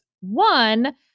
One